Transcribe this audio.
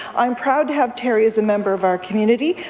i'm proud to have terry as a member of our community.